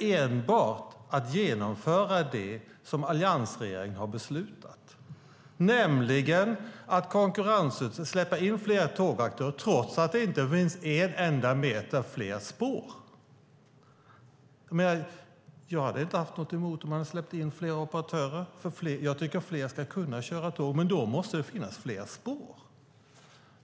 enbart genomför det som alliansregeringen har beslutat, nämligen att släppa in fler tågaktörer trots att det inte finns en enda meter mer spår. Jag hade inte haft något emot att man hade släppt in fler operatörer. Jag tycker att fler ska kunna köra tåg, men då måste det finnas fler spår.